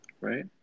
Right